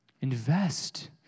Invest